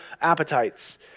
appetites